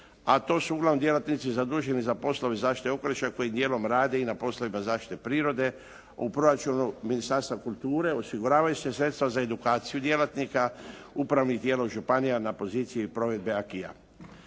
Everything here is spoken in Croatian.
a to su uglavnom djelatnici zaduženi za poslove zaštite okoliša koji dijelom rade i na poslovima zaštite prirode. U proračunu Ministarstva kulture osiguravaju se sredstva za edukaciju djelatnika, upravnih tijela županija na poziciji provedbe aquisa.